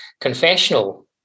confessional